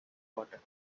water